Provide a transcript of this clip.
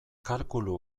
kalkulu